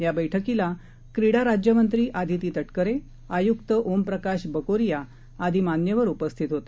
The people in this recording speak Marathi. याबैठकीलाक्रीडाराज्यमंत्रीआदितीतटकरे आयुक्तओमप्रकाशबकोरियाआदीमान्यवरउपस्थीतहोते